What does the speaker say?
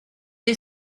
est